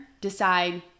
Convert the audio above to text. decide